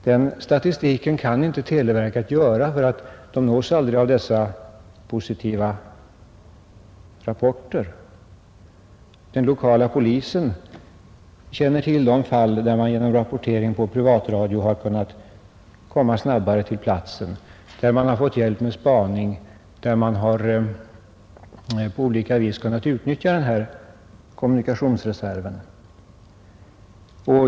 Den statistiken kan inte televerket göra, för televerket nås aldrig av dessa positiva rapporter. Den lokala polisen känner till de fall där man genom rapportering på privatradio har kunnat komma snabbare till platsen, där man har fått hjälp med spaning och där man på andra vis kunnat utnyttja den här kommunikationsreserven.